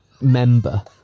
member